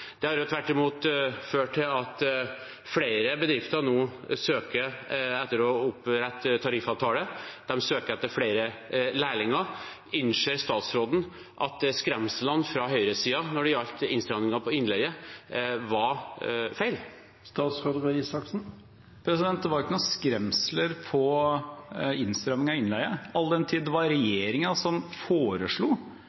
Det har tvert imot ført til at flere bedrifter nå søker etter å opprette tariffavtaler. De søker etter flere lærlinger. Innser statsråden at skremslene fra høyresiden når det gjaldt innstrammingene av innleie, var feil? Det var ikke noen skremsler mot innstramminger av innleie, all den tid det var